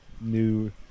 new